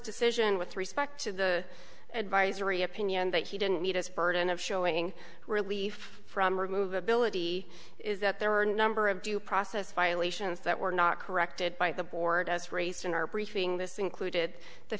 decision with respect to the advisory opinion that he didn't meet us burden of showing relief from remove ability is that there are a number of due process violations that were not corrected by the board as raced in our briefing this included the